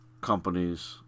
companies